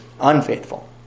unfaithful